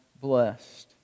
blessed